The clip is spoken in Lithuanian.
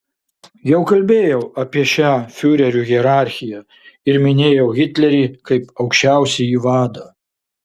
jau kalbėjau apie šią fiurerių hierarchiją ir minėjau hitlerį kaip aukščiausiąjį vadą